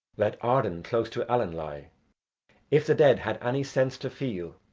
let arden close to allen lie if the dead had any sense to feel,